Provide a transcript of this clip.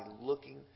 looking